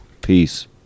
Peace